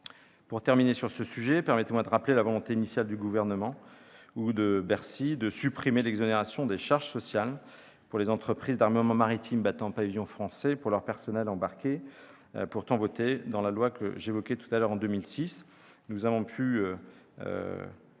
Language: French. Pour terminer sur ce sujet, permettez-moi de rappeler la volonté initiale du Gouvernement, ou de Bercy, de supprimer l'exonération des charges sociales en faveur des entreprises d'armement maritime battant pavillon français pour leur personnel embarqué, pourtant votée dans la loi pour l'économie bleue de 2016. L'article